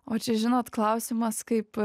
o čia žinot klausimas kaip